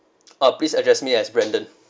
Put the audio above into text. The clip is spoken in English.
ah please address me as brandon